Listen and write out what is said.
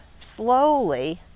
slowly